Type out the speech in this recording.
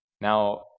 Now